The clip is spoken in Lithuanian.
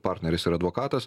partneris ir advokatas